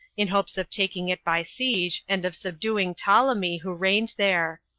in hopes of taking it by siege, and of subduing ptolemy, who reigned there.